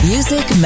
Music